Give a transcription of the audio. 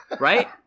Right